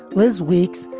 liz weekes,